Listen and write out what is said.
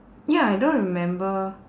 ya I don't remember